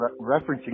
referencing